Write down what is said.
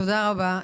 תודה רבה,